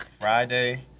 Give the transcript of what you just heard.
Friday